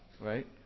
right